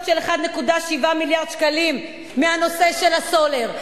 של 1.7 מיליארד שקלים מהנושא של הסולר,